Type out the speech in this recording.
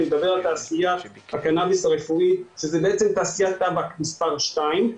אני מדבר על תעשיית הקנאביס הרפואי שזו בעצם תעשיית טבק מס' 2,